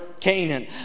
Canaan